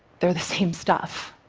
they're the same stuff.